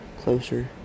Closer